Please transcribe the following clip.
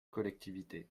collectivité